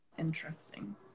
Interesting